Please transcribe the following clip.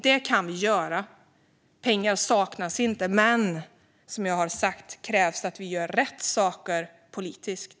Detta kan vi göra. Pengar saknas inte, men som jag har sagt krävs det att vi gör rätt saker politiskt.